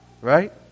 right